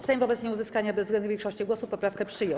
Sejm wobec nieuzyskania bezwzględnej większości głosów poprawkę przyjął.